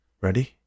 Ready